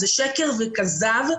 זה שקר וכזב.